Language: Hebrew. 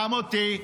גם אותי.